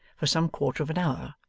for some quarter of an hour,